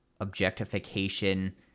objectification